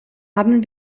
haben